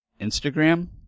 Instagram